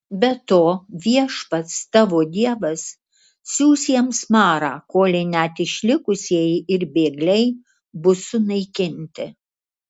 be to viešpats tavo dievas siųs jiems marą kolei net išlikusieji ir bėgliai bus sunaikinti